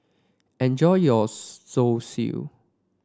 enjoy your Zosui